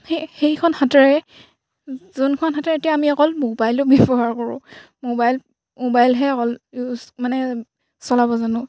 সেই সেইখন হাতেৰে যোনখন হাতেৰে এতিয়া আমি অকল মোবাইলো ব্যৱহাৰ কৰোঁ মোবাইল মোবাইলহে অকল ইউজ মানে চলাব জানোঁ